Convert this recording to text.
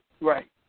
Right